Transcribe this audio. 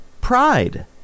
Pride